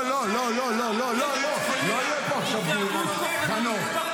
די, לא, לא, לא, לא יהיה פה עכשיו דיון על חנוך.